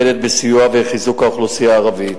התוכנית מתמקדת בסיוע ובחיזוק האוכלוסייה הערבית,